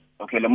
okay